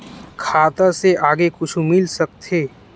खाता से आगे कुछु मिल सकथे?